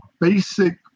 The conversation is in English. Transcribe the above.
basic